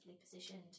positioned